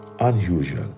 Unusual